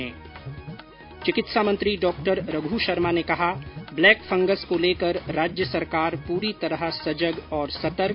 ्री चिकित्सा मंत्री डॉ रघ् शर्मा ने कहा ब्लैक फंगस को लेकर राज्य सरकार पूरी तरह सजग और सतर्क